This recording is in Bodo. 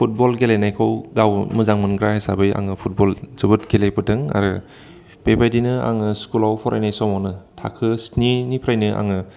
फुटबल गेलेनायखौ गाव मोजां मोनग्रा हिसाबै आङो फुटबल जोबोद गेलेबोदों आरो बेबायदिनो आङो स्कुलाव फरायनाय समावनो थाखो स्निनिफ्रायनो आङो